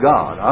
God